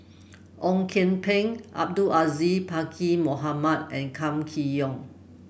Ong Kian Peng Abdul Aziz Pakkeer Mohamed and Kam Kee Yong